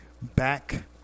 back